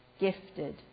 gifted